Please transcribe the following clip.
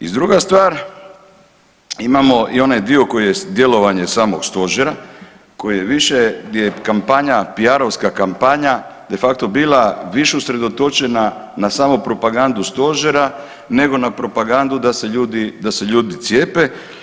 I druga stvar imamo i onaj dio koji je djelovanje samog stožera koji je više gdje je kampanja piarovska kampanja de facto bila više usredotočena na samu propagandu stožera nego na propagandu da se ljudi cijepe.